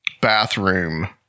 bathroom